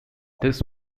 this